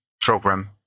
program